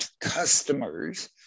customers